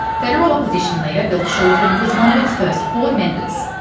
federal opposition leader bill shorten was one of its first board members.